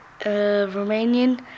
Romanian